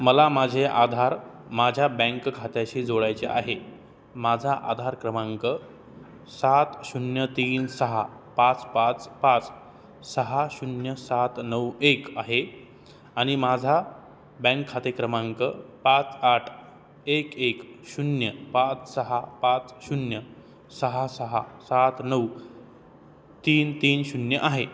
मला माझे आधार माझ्या बँक खात्याशी जोडायचे आहे माझा आधार क्रमांक सात शून्य तीन सहा पाच पाच पाच सहा शून्य सात नऊ एक आहे आणि माझा बँक खाते क्रमांक पाच आठ एक एक शून्य पाच सहा पाच शून्य सहा सहा सात नऊ तीन तीन शून्य आहे